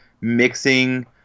mixing